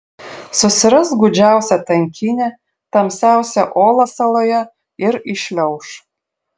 susiras gūdžiausią tankynę tamsiausią olą saloje ir įšliauš